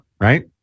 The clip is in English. right